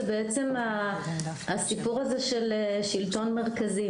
הוא בעצם הסיפור הזה של שלטון מרכזי.